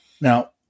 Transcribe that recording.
Now